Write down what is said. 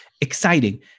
Exciting